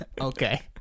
Okay